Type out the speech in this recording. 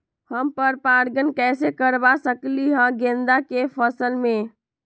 हम पर पारगन कैसे करवा सकली ह गेंदा के फसल में?